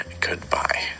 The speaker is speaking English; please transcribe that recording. goodbye